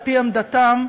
על-פי עמדתם,